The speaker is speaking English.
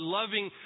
loving